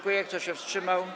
Kto się wstrzymał?